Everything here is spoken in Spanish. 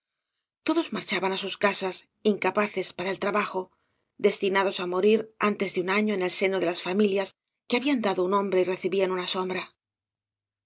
todos marchaban á sus casas incapaces para el trabajo destinados á morir antee de un año en el seno de las familias que habían dado un hombre y recibían una sombra